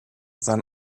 sein